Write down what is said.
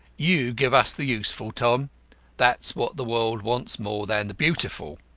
you give us the useful, tom that's what the world wants more than the beautiful.